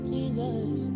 Jesus